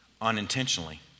unintentionally